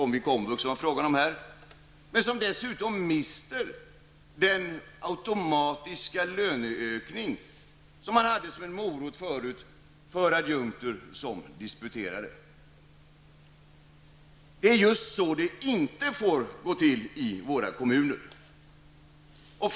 Men läraren mister dessutom den automatiska löneökningen som fanns som en morot tidigare för adjunkter som disputerade. Det är just så det inte får gå till i våra kommuner.